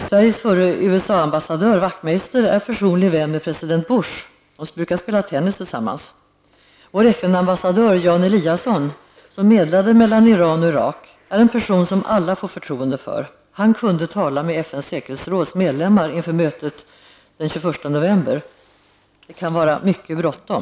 Sveriges förre USA-ambassadör Wachtmeister är personlig vän med president Bush, de brukar spela tennis tillsammans. Vår FN-ambassadör Jan Eliasson, som medlade mellan Iran och Irak, är en person som alla får förtroende för. Han kunde tala med FNs säkerhetsråds medlemmar inför mötet den 21 november. Det kan vara mycket bråttom.